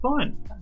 fine